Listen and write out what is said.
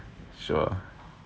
sure